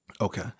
Okay